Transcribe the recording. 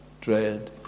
dread